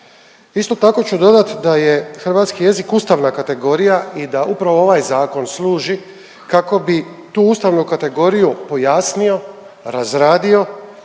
Isto tako ću dodati da je hrvatski jezik ustavna kategorija i da upravo ovaj Zakon služi kako bi tu ustavnu kategoriju pojasnio, razradio